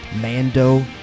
Mando